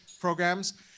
programs